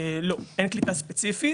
לא, אין קליטה ספציפית.